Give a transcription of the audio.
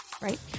Right